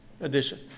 addition